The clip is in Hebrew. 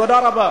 תודה רבה.